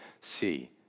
see